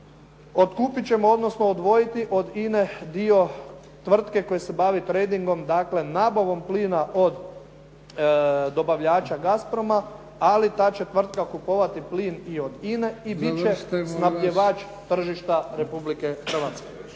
otkupiti ćemo, odnosno odvojiti od INA-e dio tvrtke koja se bavi tradingom, dakle nabavom plina od dobavljača Gasprom-a, ali ta će tvrtka kupovati plin i od INA-e … **Bebić, Luka (HDZ)** Završite molim vas.